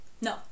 No